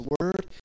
word